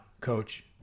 Coach